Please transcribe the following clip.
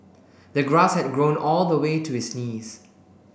the grass had grown all the way to his knees